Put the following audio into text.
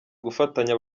gufatanya